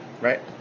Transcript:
Right